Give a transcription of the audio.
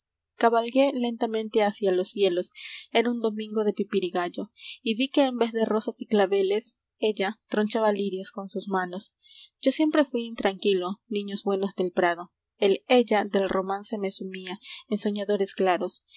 cabalgué jentamente hacia los cielos era un domingo de pipirigallo y vi que en vez de rosas y claveles ella tronchaba lirios con sus manos yo siempre fui intranquilo niños buenos del prado el ella del romance me sumía en ensoñares claros